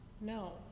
No